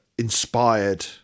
inspired